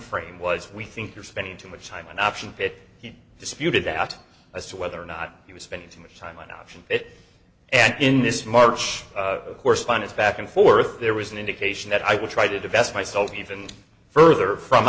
timeframe was we think you're spending too much time an option pick disputed out as to whether or not he was spending too much time on option it and in this march correspondence back and forth there was an indication that i would try to divest myself even further from